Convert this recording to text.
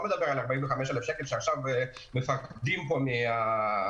מדבר על 45,000 שקל שעכשיו מפחדים פה מהתעשיינים.